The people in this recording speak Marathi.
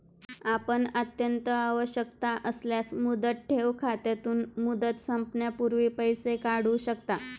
आपण अत्यंत आवश्यकता असल्यास मुदत ठेव खात्यातून, मुदत संपण्यापूर्वी पैसे काढू शकता